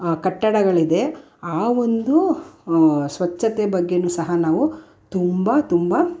ಕಟ್ಟಡಗಳಿದೆ ಆ ಒಂದು ಸ್ವಚ್ಛತೆ ಬಗ್ಗೆಯೂ ಸಹ ನಾವು ತುಂಬ ತುಂಬ